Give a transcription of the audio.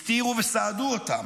הסתירו וסעדו אותם.